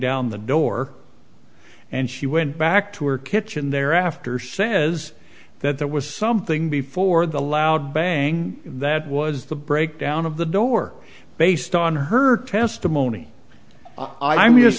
down the door and she went back to her kitchen there after says that there was something before the loud bang that was the breakdown of the door based on her testimony i